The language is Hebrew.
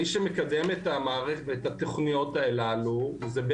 מי שמקדם את התוכניות הללו זה,